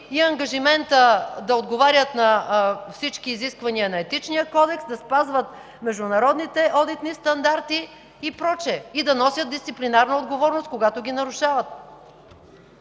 и ангажиментът да отговарят на всички изисквания на Етичния кодекс, да спазват международните одитни стандарти и прочие, и да носят дисциплинарна отговорност, когато ги нарушават.